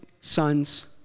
sons